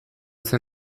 zen